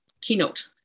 keynote